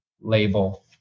label